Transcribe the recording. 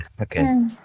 Okay